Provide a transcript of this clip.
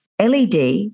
LED